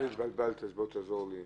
קצת התבלבלתי, אז תעזור לי.